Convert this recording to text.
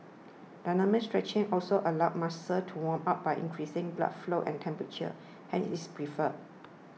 dynamic stretching also allows muscles to warm up by increasing blood flow and temperature hence it's preferred